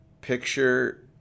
picture